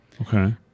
Okay